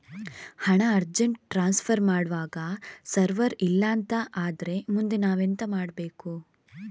ಹಣ urgent transfer ಮಾಡ್ವಾಗ server ಇಲ್ಲಾಂತ ಆದ್ರೆ ಮುಂದೆ ನಾವೆಂತ ಮಾಡ್ಬೇಕು?